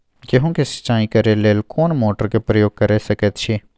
गेहूं के सिंचाई करे लेल कोन मोटर के प्रयोग कैर सकेत छी?